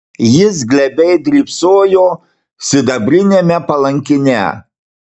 jis glebiai drybsojo sidabriniame palankine